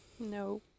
No